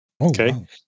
okay